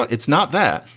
it's not that.